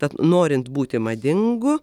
tad norint būti madingu